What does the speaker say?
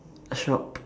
a shop